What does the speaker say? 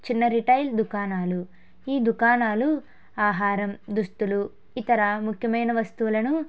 చిన్న రిటైల్ దుకాణాలు ఈ దుకాణాలు ఆహరం దుస్తులు ఇతర ముఖ్యమైన వస్తువులను